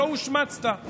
שלא הושמצת,